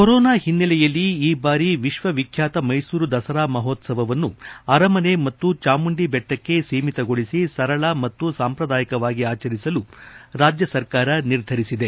corona ಒನ್ನೆಲೆ ಈ ಬಾರಿ ವಿಶ್ವವಿಖ್ಯಾತ ಮೈಸೂರು ದಸರಾ ಮಹೋತ್ಸವವನ್ನು ಅರಮನೆ ಮತ್ತು ಜಾಮುಂಡಿ ಚ್ಚುಕ್ಕೆ ಸೀಮಿತಗೊಳಿಸಿ ಸರಳ ಮತ್ತು ಸಾಂಪ್ರದಾಯಕವಾಗಿ ಆಚರಿಸಲು ಸರ್ಕಾರ ನಿರ್ಧರಿಸಿದೆ